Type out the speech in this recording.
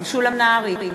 משולם נהרי,